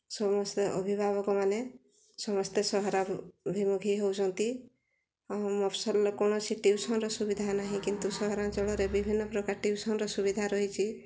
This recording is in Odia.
ସମସ୍ତେ ଅଭିଭାବକମାନେ ସମସ୍ତେ ସହରାଭିମୁଖୀ ହେଉଛନ୍ତି ମଫସଲ କୌଣସି ଟ୍ୟୁସନ୍ର ସୁବିଧା ନାହିଁ କିନ୍ତୁ ସହରାଞ୍ଚଳରେ ବିଭିନ୍ନପ୍ରକାର ଟ୍ୟୁସନ୍ର ସୁବିଧା ରହିଛି